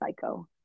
psycho